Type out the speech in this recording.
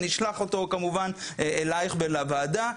אני אשלח אותו כמובן אלייך ואל הוועדה,